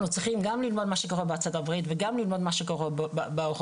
אנחנו צריכים ללמוד מה קורה בצד הבריטי וגם ללמוד מה שקורה באירופה,